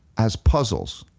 as puzzles